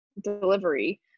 delivery